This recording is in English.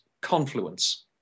confluence